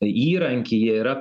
įrankį yra